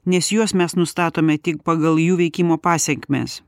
nes juos mes nustatome tik pagal jų veikimo pasekmes